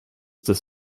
des